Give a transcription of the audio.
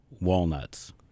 walnuts